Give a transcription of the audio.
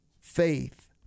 faith